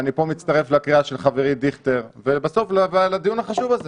ואני פה מצטרף לקריאה של חברי דיכטר ובסוף לדיון החשוב הזה